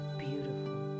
beautiful